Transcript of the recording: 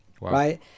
Right